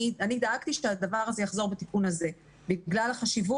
אני דאגתי שהדבר הזה יחזור בתיקון הזה בגלל החשיבות